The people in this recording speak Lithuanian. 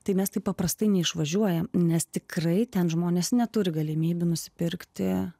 tai mes taip paprastai neišvažiuojam nes tikrai ten žmonės neturi galimybių nusipirkti